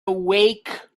awake